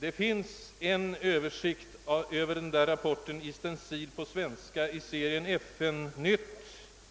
Det finns en stencilerad översikt av rapporten på svenska i serien FN-nytt